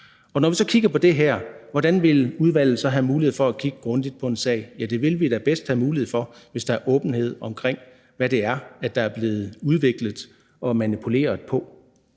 sag. Når vi så kigger på det her, hvordan vil udvalget så have mulighed for at kigge grundigt på en sag? Ja, det ville vi da bedst have mulighed for, hvis der er åbenhed omkring, hvad det er, der er blevet udviklet og manipuleret på,